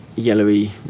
yellowy